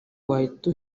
wahita